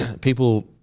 people –